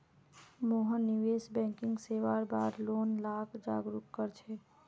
मोहन निवेश बैंकिंग सेवार बार लोग लाक जागरूक कर छेक